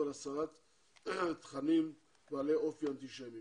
על הסרת תכנים בעלי אופי אנטישמי.